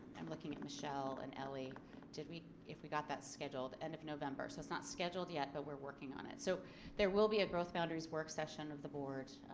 i'm looking at michelle and ellie did we if we got that scheduled end of november so it's not scheduled yet but we're working on it. so there will be at growth boundaries work session of the board